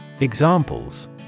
Examples